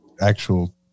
actual